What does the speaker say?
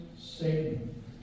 Satan